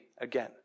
again